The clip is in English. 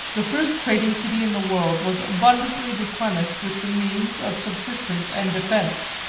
the first trading city in the world was abundantly replenished with the means of subsistence and defence.